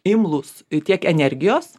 imlūs tiek energijos